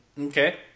okay